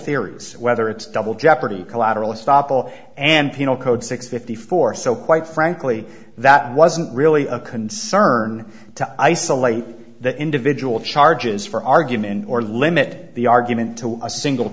theories whether it's double jeopardy collateral estoppel and penal code six fifty four so quite frankly that wasn't really a concern to isolate the individual charges for argument or limit the argument to a single